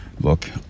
Look